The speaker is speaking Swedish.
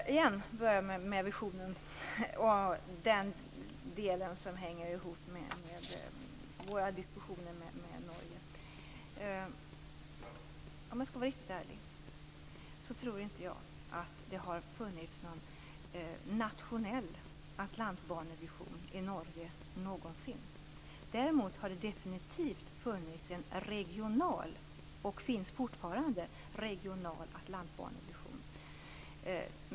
Fru talman! Låt mig igen börja med visionen och den del som hänger ihop med våra diskussioner med Norge. Om jag skall vara riktigt ärlig tror inte jag att det någonsin har funnits någon nationell Atlantbanevision i Norge. Däremot har det definitivt funnits, och finns fortfarande, en regional Atlantbanevision.